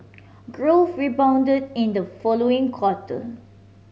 growth rebounded in the following quarter